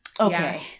Okay